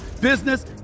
business